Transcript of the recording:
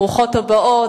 ברוכות הבאות,